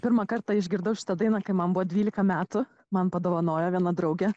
pirmą kartą išgirdau šitą dainą kai man buvo dvylika metų man padovanojo vieną drauge